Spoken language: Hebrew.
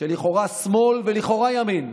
שלכאורה שמאל ולכאורה ימין.